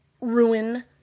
ruin